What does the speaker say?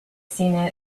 seen